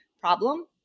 problem